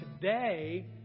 today